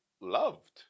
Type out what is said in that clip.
loved